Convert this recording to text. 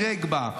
רגבה,